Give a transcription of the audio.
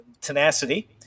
tenacity